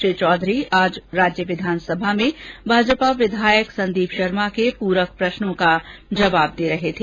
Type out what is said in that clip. श्री चौधरी आज राज्य विधानसभा में भाजपा विधायक संदीप शर्मा के पूरक प्रष्मों का जवाब दे रहे थे